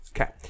okay